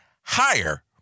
higher